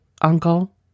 uncle